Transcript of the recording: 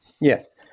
Yes